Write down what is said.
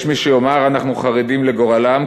יש מי שיאמר: אנחנו חרדים לגורלם,